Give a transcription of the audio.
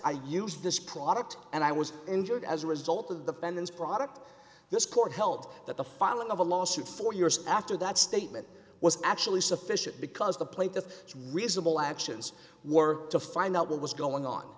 i use this product and i was injured as a result of the fens product this court held that the filing of a lawsuit four years after that statement was actually sufficient because the plaintiff has reasonable actions were to find out what was going on